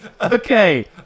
okay